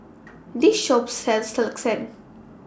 This Shop sells Lasagne